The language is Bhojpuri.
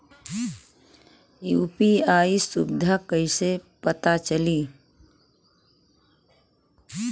यू.पी.आई सुबिधा कइसे पता चली?